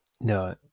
No